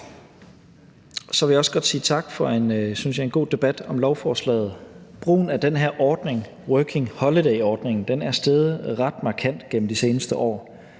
Så vil jeg også godt sige tak for en, synes jeg, god debat om lovforslaget. Brugen af den her ordning, Working Holiday-ordningen, er steget ret markant gennem de seneste år,